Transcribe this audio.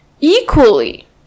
Equally